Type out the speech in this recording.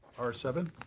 r seven.